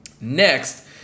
next